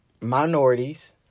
minorities